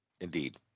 Indeed